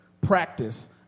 practice